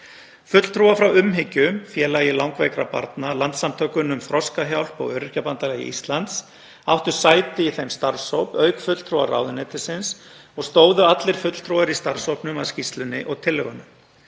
Fulltrúar frá Umhyggju – félagi langveikra barna, Landssamtökunum Þroskahjálp og Öryrkjabandalagi Íslands, átti sæti í þeim starfshóp auk fulltrúa ráðuneytisins og stóðu allir fulltrúar í starfshópnum að skýrslunni og tillögunum.